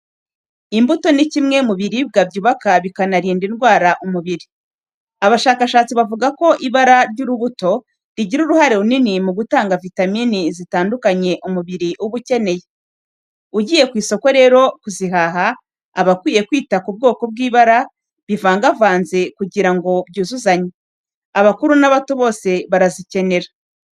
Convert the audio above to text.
Imbuto ni kimwe mu biribwa byubaka bikanarinda indwara umubiri. Abashakashatsi bavuga ko ibara ry'urubuto rigira uruhare runini mu gutanga vitamini zitandukanye umubiri uba ukeneye. Ugiye ku isoko rero kuzihaha, aba akwiye kwita ku bwoko n'ibara bivagavanze kugira ngo byuzuzanye. Abakuru n'abato bose barazikenera.